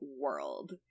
world